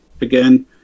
again